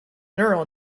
neural